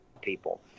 people